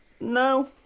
No